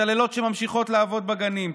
מתעללות שממשיכות לעבוד בגנים,